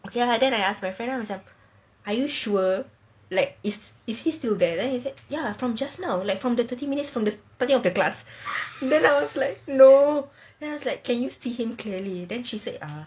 okay lah then I ask my friend lah are you sure like is he still there then she say ya from just now like from the thirty minutes from the starting of the class then I was like no can you see him clearly then she say ah